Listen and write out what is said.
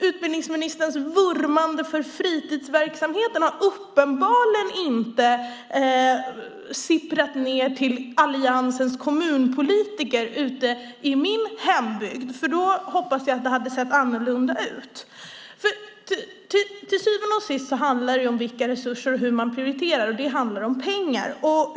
Utbildningsministerns vurmande för fritidsverksamheten har uppenbarligen inte sipprat ned till Alliansens kommunpolitiker i min hembygd - annars hade det sett annorlunda ut. Till syvende och sist handlar det om vilka resurser man har och hur man prioriterar, och det handlar om pengar.